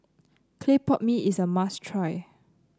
Clay Pot Mee is a must try